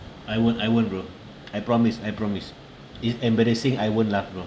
I won't I won't bro I promise I promise if embarrassing I won't laugh bro